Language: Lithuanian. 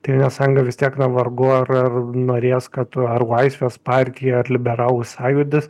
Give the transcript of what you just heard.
tėvynės sąjunga vis tiek vargu ar ar norės kad ar laisvės partija ar liberalų sąjūdis